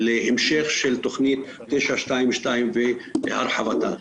להמשך של תוכנית 922 והרחבתה.